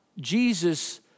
Jesus